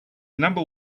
number